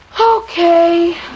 Okay